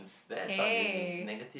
hey